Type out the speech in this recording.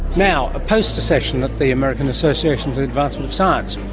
now, a poster session at the american association for the advancement of science,